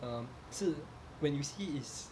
um 是 when you see it's